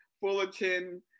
Fullerton